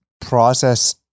process